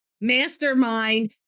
mastermind